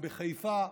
בחיפה,